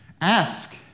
Ask